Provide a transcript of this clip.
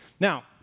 Now